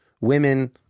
women